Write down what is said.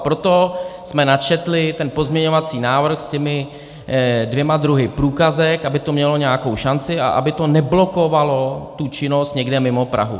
Proto jsme načetli ten pozměňovací návrh s těmi dvěma druhy průkazek, aby to mělo nějakou šanci a aby to neblokovalo činnost někde mimo Prahy.